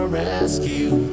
rescue